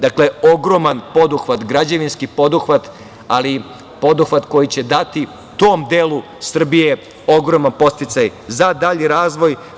Dakle, ogroman građevinski poduhvat, ali poduhvat koji će dati tom delu Srbije ogroman podsticaj za dalji razvoj.